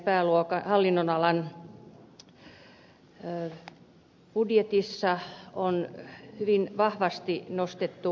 ympäristöministeriön hallinnonalan budjetissa on hyvin vahvasti nostettu